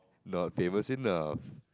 not famous enough